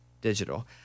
Digital